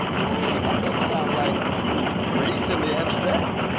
hey sound like race in the abstract.